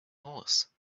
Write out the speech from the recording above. horse